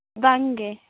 ᱜᱟᱱ ᱜᱮ